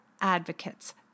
advocates